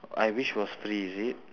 I wish was free is it